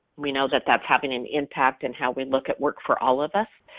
we know that that's having an impact and how we look at work for all of us.